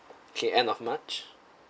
okay end of march